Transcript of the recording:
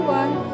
one